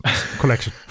collection